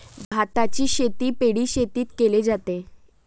भाताची शेती पैडी शेतात केले जाते